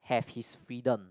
have his freedom